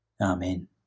Amen